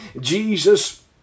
Jesus